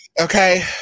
Okay